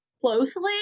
closely